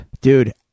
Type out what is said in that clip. dude